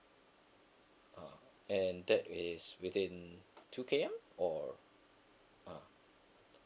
ah and that is within two K_M or ah